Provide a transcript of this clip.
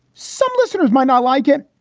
some listeners might not like it.